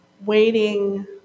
waiting